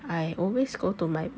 I always go to my